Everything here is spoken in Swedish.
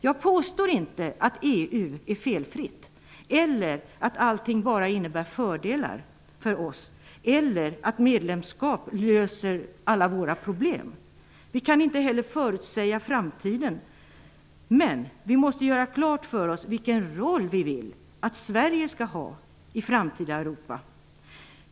Jag påstår inte att EU är felfritt eller att allting bara innebär fördelar för oss eller att medlemskap löser alla våra problem. Vi kan inte heller förutsäga framtiden. Men vi måste göra klart för oss vilken roll vi vill att Sverige skall ha i det framtida Europa.